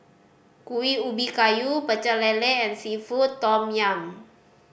Kuih Ubi Kayu Pecel Lele and seafood tom yum